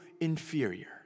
inferior